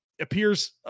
appears